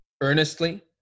Earnestly